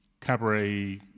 cabaret